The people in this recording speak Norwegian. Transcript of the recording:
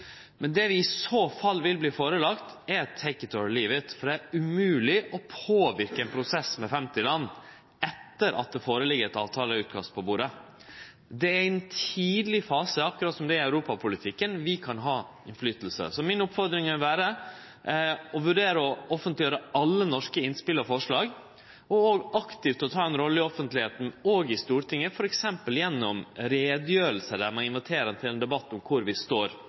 Men det vi i så fall vil få framlagt, er «take it or leave it». Det er umogleg å påverke ein prosess med femti land etter at eit avtaleutkast ligg føre på bordet. Akkurat som i Europa-politikken er det i ein tidleg fase vi kan ha innverknad. Mi oppfordring vil vere å vurdere å offentleggjere alle norske innspel og forslag og aktivt ta ei rolle i offentlegheita og i Stortinget, f.eks. gjennom utgreiingar der ein inviterer til ein debatt om kvar vi står